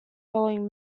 following